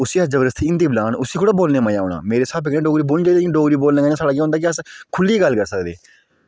उसी अस जबरदस्ती हिंदी बोलन उसी हिंदी बोलना थोह्ड़े औना मेरे स्हाबै कन्नै डोगरी बोलनी चाहिदी ते डोगरी बोलने कन्नै इ'यै की खुह्ल्लियै गल्ल करी सकदे